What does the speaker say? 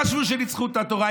שחשבו שניצחו את התורה.